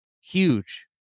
huge